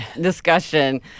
discussion